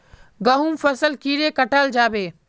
गहुम फसल कीड़े कटाल जाबे?